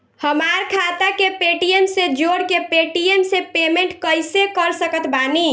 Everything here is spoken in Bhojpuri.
हमार खाता के पेटीएम से जोड़ के पेटीएम से पेमेंट कइसे कर सकत बानी?